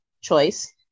choice